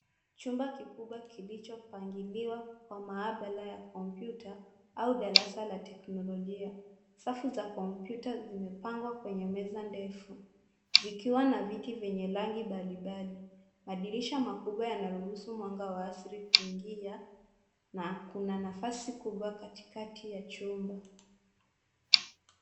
Chumba kikubwa kilicho pangiliwa kwa maabara ya kompyuta au darasa la teknolojia. Safu za kompyuta zimepangwa kwenye meza ndefu zikiwa na viti vyenye rangi mbalimbali madirisha makubwa yanaruhisu mwanga wa asili kuingia na kuna nafasi kubwa katikati ya chumba.